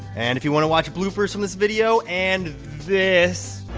and if you wanna watch bloopers from this video, and this.